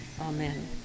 Amen